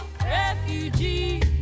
Refugee